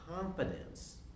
confidence